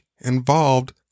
involved